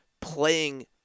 playing